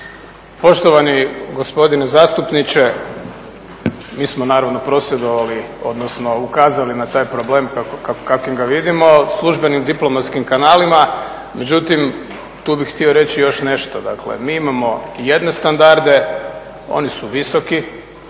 Poštovani gospodine zastupniče, mi smo naravno prosvjedovali, odnosno ukazali na taj problem kakvim ga vidimo, službenim diplomatskim kanalima, međutim tu bih htio reći još nešto. Dakle, mi imamo jedne standarde, oni su visoki,